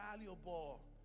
valuable